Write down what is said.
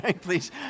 Please